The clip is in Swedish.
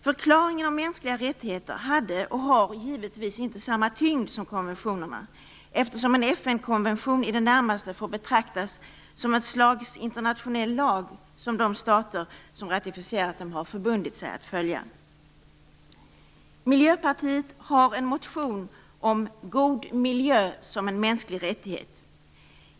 Förklaringen om mänskliga rättigheter hade och har givetvis inte samma tyngd som konventionerna, eftersom en FN-konvention i det närmaste får betraktas som ett slags internationell lag, som de stater som ratificerat den har förbundit sig att följa. Miljöpartiet har väckt en motion, God miljö som en mänsklig rättighet.